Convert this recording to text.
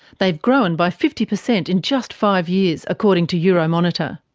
they've grown by fifty percent in just five years, according to euromonitor.